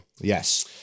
Yes